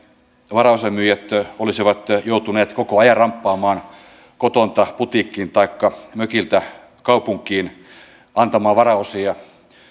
varaosamyyjät olisivat joutuneet koko ajan ramppaamaan kotoa putiikkiin taikka mökiltä kaupunkiin antamaan varaosia